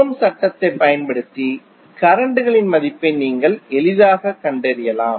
ஓம் சட்டத்தைப் பயன்படுத்தி கரண்ட் களின் மதிப்பை நீங்கள் எளிதாகக் கண்டறியலாம்